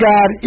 God